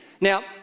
Now